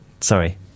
sorry